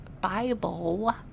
Bible